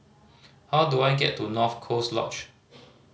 how do I get to North Coast Lodge